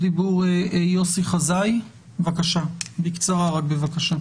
יוסי חזאי, רק בקצרה בבקשה.